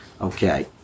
Okay